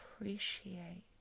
appreciate